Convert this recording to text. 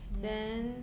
ya